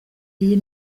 iyi